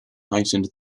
heightened